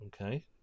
Okay